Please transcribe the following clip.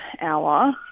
hour